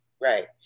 right